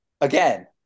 again